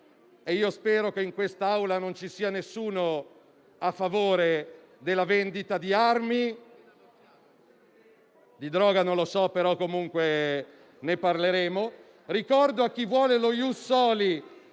e spero che in quest'Aula non ci sia nessuno a favore della vendita di armi (di droga non lo so, però comunque ne parleremo). Ricordo a chi vuole lo *ius soli*